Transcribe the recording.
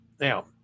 Now